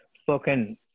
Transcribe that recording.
spoken